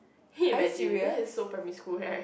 can you imagine that is so primary school right